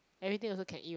everything also can eat